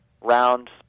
round